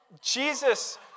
Jesus